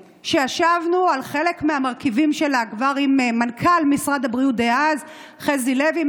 וישבנו על חלק מהמרכיבים שלה עם מנכ"ל משרד הבריאות דאז חזי לוי,